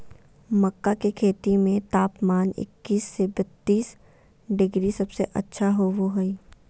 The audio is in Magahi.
मक्का के खेती में तापमान इक्कीस से बत्तीस डिग्री सबसे अच्छा होबो हइ